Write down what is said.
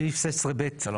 הצבעה לא אושר.